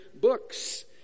books